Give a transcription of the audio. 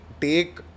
take